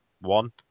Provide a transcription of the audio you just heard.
one